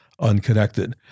unconnected